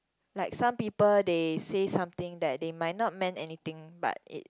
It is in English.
like some peoples they say something that they might not meant anything but it